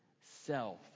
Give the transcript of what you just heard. self